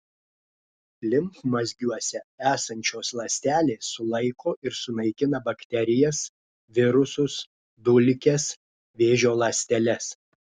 limfmazgiuose esančios ląstelės sulaiko ir sunaikina bakterijas virusus dulkes vėžio ląsteles